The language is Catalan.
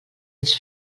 ens